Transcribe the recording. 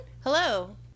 Hello